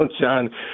John